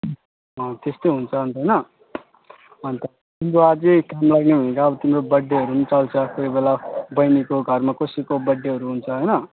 त्यस्तै हुन्छ अन्त होइन अन्त तिम्रो अझै काम लाग्ने भनेको अब तिम्रो बर्थडेहरू पनि चल्छ कोही बेला बहिनीको घरमा कसैको बर्थडेहरू हुन्छ होइन